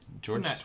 George